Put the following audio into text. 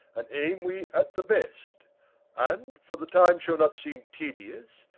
and ayme we at the best and for the time shall not seeme tedious,